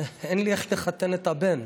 אין לי איך לחתן את הבן,